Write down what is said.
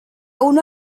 uno